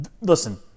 listen